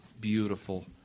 beautiful